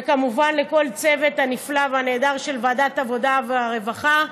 וכמובן לכל הצוות הנפלא והנהדר של ועדת העבודה והרווחה,